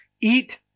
eat